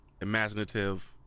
imaginative